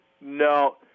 no